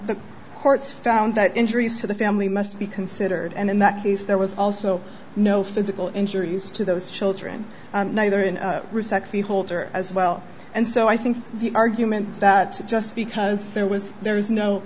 courts found that injuries to the family must be considered and in that case there was also no physical injuries to those children neither in the holder as well and so i think the argument that just because there was there is no